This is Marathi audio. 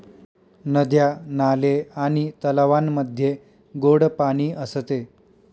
नद्या, नाले आणि तलावांमध्ये गोड पाणी असते